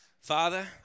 Father